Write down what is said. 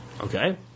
Okay